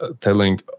telling